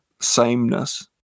sameness